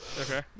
Okay